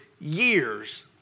years